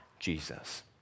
Jesus